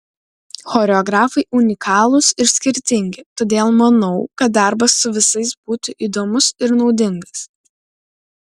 choreografai unikalūs ir skirtingi todėl manau kad darbas su visais būtų įdomus ir naudingas